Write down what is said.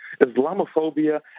Islamophobia